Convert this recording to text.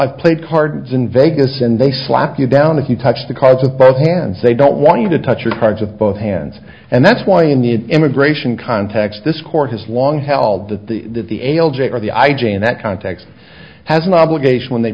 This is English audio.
i've played cards in vegas and they slap you down if you touch the cards of both hands they don't want you to touch your cards of both hands and that's why in the immigration context this court has long held that the that the a l j or the i j in that context has an obligation when they